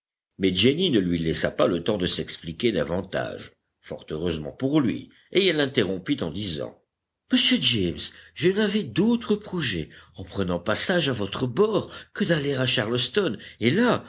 mais jenny ne lui laissa pas le temps de s'expliquer davantage fort heureusement pour lui et elle l'interrompit en disant monsieur james je n'avais d'autre projet en prenant passage à votre bord que d'aller à charleston et là